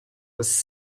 was